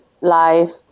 live